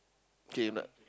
K not